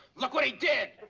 look what he did.